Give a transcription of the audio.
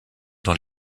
dans